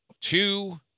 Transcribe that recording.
two